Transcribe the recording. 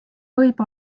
võib